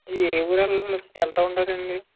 ఏ ఉరేళ్ళాలో వెళ్తూ ఉండాలండి